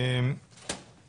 אנחנו